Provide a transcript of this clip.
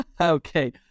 Okay